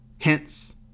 Hence